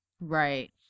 Right